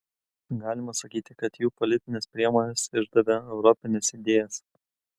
galima sakyti kad jų politinės priemonės išdavė europines idėjas